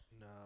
No